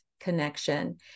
connection